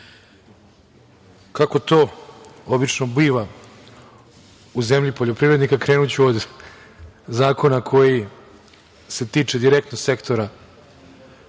to obično biva u zemlji poljoprivrednika, krenuću od zakona koji se tiče direktno sektora na